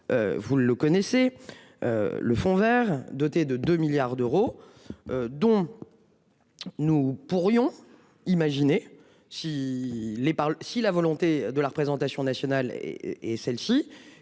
Vous ne le connaissez. Le fonds Vert doté de 2 milliards d'euros. Dont. Nous pourrions imaginer si les par si la volonté de la représentation nationale et celle-ci